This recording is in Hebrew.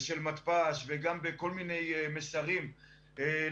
ושל מתפ"ש וגם בכל מיני מסרים למעסיקים,